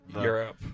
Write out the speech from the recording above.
europe